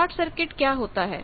short circuit क्या होता है